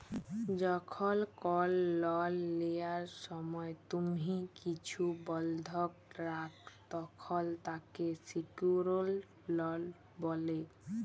যখল কল লল লিয়ার সময় তুম্হি কিছু বল্ধক রাখ, তখল তাকে সিকিউরড লল ব্যলে